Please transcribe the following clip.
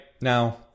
now